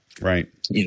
Right